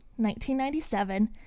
1997